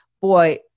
boy